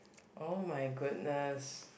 oh my goodness